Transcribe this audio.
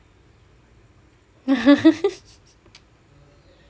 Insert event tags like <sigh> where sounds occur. <laughs>